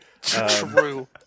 True